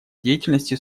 деятельности